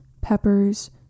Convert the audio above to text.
peppers